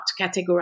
categorize